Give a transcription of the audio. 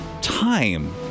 time